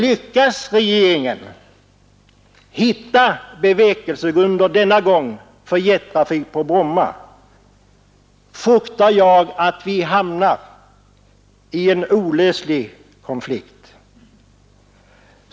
Lyckas regeringen hitta bevekelsegrunder denna gång för jettrafik på Bromma fruktar jag att vi hamnar i en olöslig konflikt.